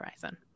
horizon